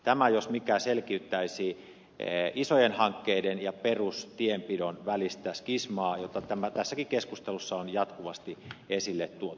tämä jos mikä selkiyttäisi isojen hankkeiden ja perustienpidon välistä skismaa jota tässäkin keskustelussa on jatkuvasti esille tuotu